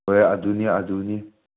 ꯍꯣꯏ ꯑꯗꯨꯅꯤ ꯑꯗꯨꯅꯤ